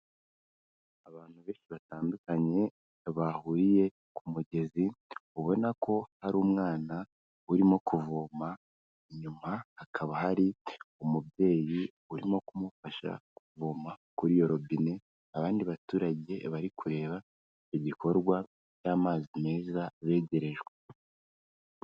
Abantu benshi batandukanye bahuriye ku mugezi, ubona ko ari umwana urimo kuvoma, inyuma hakaba hari umubyeyi urimo kumufasha kuvoma, kuri iyo robine abandi baturage bari kureba icyo igikorwa cy'amazi meza begerejwe.